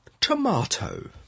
Tomato